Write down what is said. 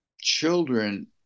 children